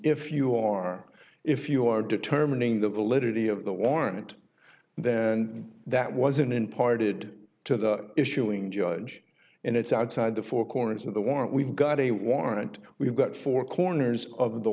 if you are if you are determining the validity of the warrant then and that wasn't in parted to the issuing judge and it's outside the four corners of the warrant we've got a warrant we've got four corners of the